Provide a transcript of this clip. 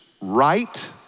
right